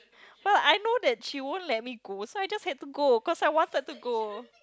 but I know that she won't let me go so I just have to go cause I wanted to go